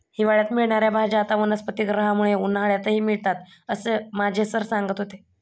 हिवाळ्यात मिळणार्या भाज्या आता वनस्पतिगृहामुळे उन्हाळ्यातही मिळतात असं माझे सर सांगत होते